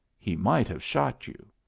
he might have shot you.